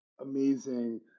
amazing